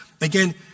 again